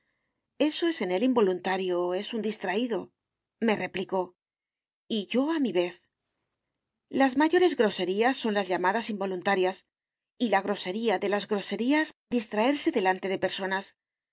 eso es en él involuntario es un distraído me replicó y yo a mi vez las mayores groserías son las llamadas involuntarias y la grosería de las groserías distraerse delante de personas es